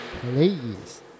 please